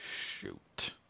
shoot